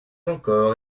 encore